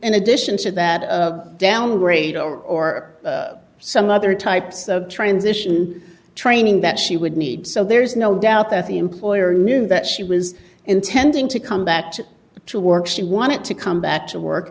in addition to that downgrade or some other types of transition training that she would need so there's no doubt that the employer knew that she was intending to come back to work she wanted to come back to work